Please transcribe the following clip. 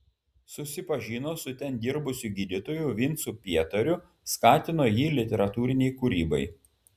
susipažino su ten dirbusiu gydytoju vincu pietariu skatino jį literatūrinei kūrybai